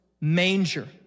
manger